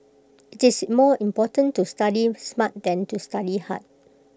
IT is more important to study smart than to study hard